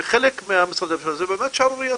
בחלק ממשרדי הממשלה זה באמת שערורייתי.